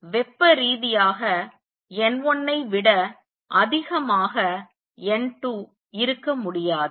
எனவே வெப்பரீதியாக n1 ஐ விட அதிகமாக n2 இருக்க முடியாது